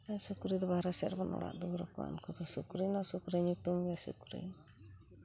ᱟᱨ ᱥᱩᱠᱨᱤ ᱫᱚ ᱵᱟᱦᱚᱨᱮ ᱥᱮᱫ ᱨᱮᱵᱚᱱ ᱚᱲᱟᱜ ᱫᱩᱣᱟᱹᱨᱟᱠᱚᱣᱟ ᱩᱱᱠᱩᱫᱚ ᱥᱩᱠᱨᱤ ᱱᱚ ᱥᱩᱠᱨᱤ ᱧᱩᱛᱩᱢ ᱜᱮ ᱥᱩᱠᱨᱤ